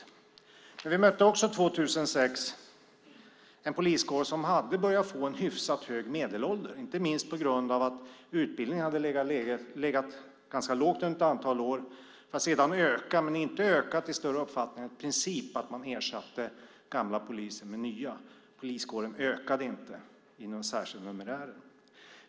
Men vi mötte också 2006 en poliskår som hade börjat få en hyfsat hög medelålder, inte minst på grund av att utbildningen hade legat ganska lågt under ett antal år. Den ökade sedan, men den hade inte ökat i större omfattning än att man i princip ersatte gamla poliser med nya. Poliskåren ökade inte numerärt.